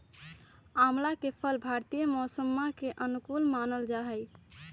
आंवला के फल भारतीय मौसम्मा के अनुकूल मानल जाहई